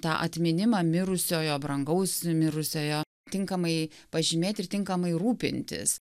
tą atminimą mirusiojo brangaus mirusiojo tinkamai pažymėt ir tinkamai rūpintis